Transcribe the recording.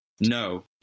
No